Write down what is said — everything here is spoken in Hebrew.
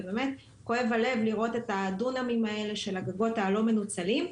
ובאמת כואב הלב לראות את הדונמים האלה של הגגות הלא מנוצלים.